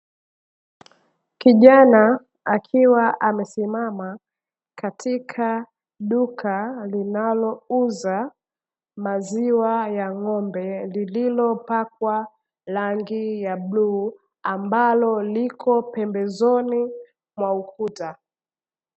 Kijana akiwa amesimama katika duka linalouza maziwa ya ng'ombe, lililopakwa rangi ya bluu ambalo liko pembezoni mwa ukuta.